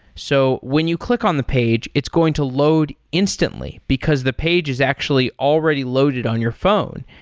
so when you click on the page, it's going to load instantly, because the page is actually already loaded on your phone,